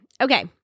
Okay